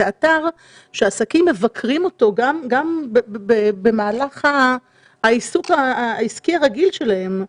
זה אתר שהעסקים מבקרים בו גם במהלך העיסוק העסקי הרגיל שלהם.